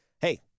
Hey